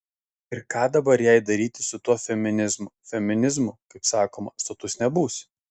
ir ką dabar jai daryti su tuo feminizmu feminizmu kaip sakoma sotus nebūsi